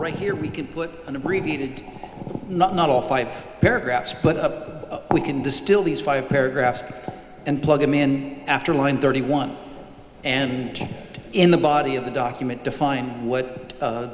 right here we can put an abbreviated not not all five paragraphs but up we can distill these five paragraphs and plug them in after line thirty one and in the body of the document define what